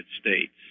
States